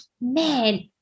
man